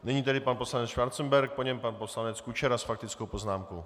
Nyní tedy pan poslanec Schwarzenberg, po něm pan poslanec Kučera s faktickou poznámkou.